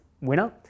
winner